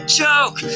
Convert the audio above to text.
joke